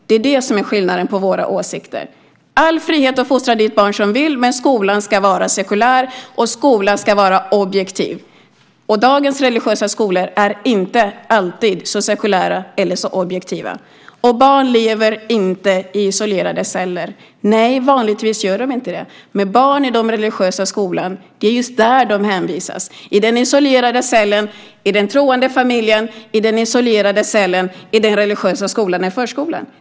Det är det som är skillnaden mellan våra åsikter. Du har all frihet att fostra ditt barn som du vill, men skolan ska vara sekulär och objektiv. Dagens religiösa skolor är inte alltid så sekulära eller objektiva. Barn lever inte i isolerade celler. Nej, vanligtvis gör de inte det. Men barn i den religiösa skolan hänvisas dit - i den isolerade cellen i den troende familjen, i den isolerade cellen i den religiösa skolan eller i förskolan.